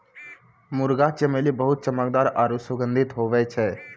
मुंगा चमेली बहुत चमकदार आरु सुगंधित हुवै छै